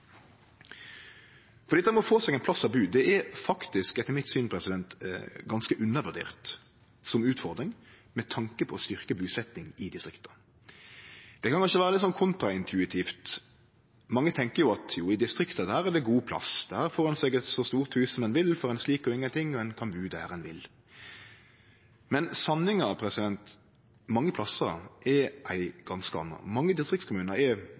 å få seg ein plass å bu er etter mitt syn faktisk ganske undervurdert som utfordring med tanke på å styrkje busetjinga i distrikta. Det kan kanskje vere litt kontraintuitivt. Mange tenkjer at i distrikta der er det god plass. Der får ein seg så stort hus som ein vil for ein slikk og ingenting, og ein kan bu der ein vil. Men sanninga mange plassar er ei ganske anna. Mange distriktskommunar er